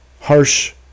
harsh